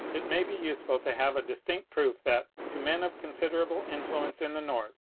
it may be useful to have a distinct proof that, to men of considerable influence in the north,